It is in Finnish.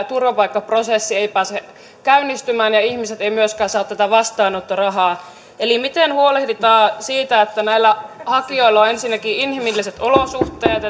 turvapaikkaprosessi ei pääse käynnistymään ja ihmiset eivät myöskään saa tätä vastaanottorahaa eli miten huolehditaan siitä että näillä hakijoilla on ensinnäkin inhimilliset olosuhteet